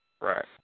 Right